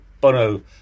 Bono